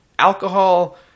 Alcohol